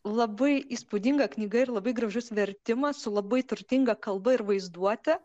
labai įspūdinga knyga ir labai gražus vertimas su labai turtinga kalba ir vaizduote